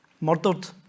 murdered